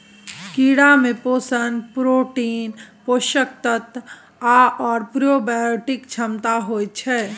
कीड़ामे पोषण प्रोटीन, पोषक तत्व आओर प्रोबायोटिक क्षमता होइत छै